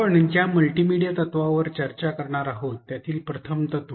आपण ज्या मल्टीमीडिया तत्त्वावर चर्चा करणार आहोत त्यातील प्रथम तत्व